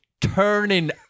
turning